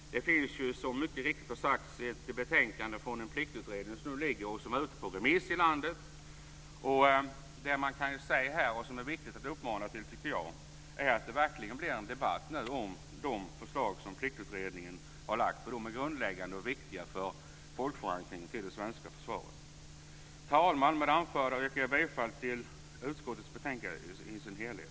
Det finns, som mycket riktigt har sagts, ett betänkande från Pliktutredningen som nu är framlagt och som är ute på remiss i landet. Det man kan säga och det som är viktigt att uppmana till, tycker jag, är att det verkligen blir en debatt om de förslag som Pliktutredningen har lagt fram. De är grundläggande och viktiga för folkförankringen till det svenska försvaret. Fru talman! Med det anförda yrkar jag bifall till utskottets betänkande i dess helhet.